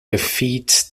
defeat